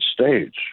stage